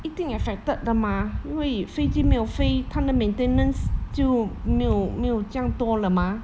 一定 affected 的 mah 因为飞机没有飞它的 maintenance 就没有没有这样多了 mah